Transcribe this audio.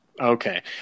Okay